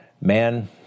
Man